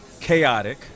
chaotic